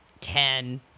ten